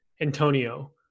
Antonio